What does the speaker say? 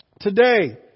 Today